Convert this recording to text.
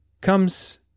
comes